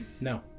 No